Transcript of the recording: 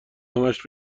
همش